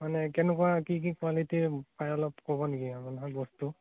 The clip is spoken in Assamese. মানে কেনেকুৱা কি কি কুৱালিটিৰ পায় অলপ ক'ব নেকি আপোনাৰ বস্তু